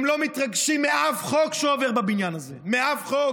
הם לא מתרגשים משום חוק שעובר בבניין הזה, מאף שום